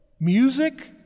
music